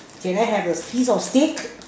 can I have a piece of steak